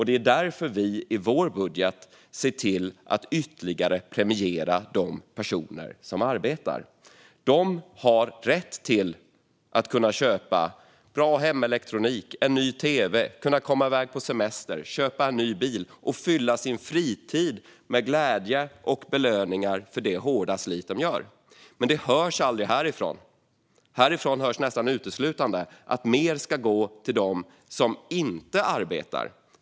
Det är därför vi i vår budget ser till att ytterligare premiera de personer som arbetar. De har rätt att kunna köpa bra hemelektronik, en ny tv, att komma iväg på semester, att köpa en ny bil och att fylla sin fritid med glädje och belöningar för det hårda slit de gör. Men det hörs aldrig härifrån. Härifrån hörs nästan uteslutande att mer ska gå till dem som inte arbetar.